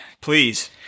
Please